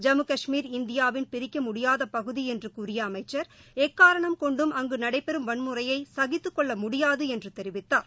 ஜம்மு கஷ்மீர் இந்தியாவின் பிரிக்கமுடியாதபகுதிஎன்றுகூறியஅமைச்சர் எக்காரணம் கொண்டும் அங்குநடைபெறும் வன்முறையைசகித்தகொள்ளமுடியாதுஎன்றுதெரிவித்தார்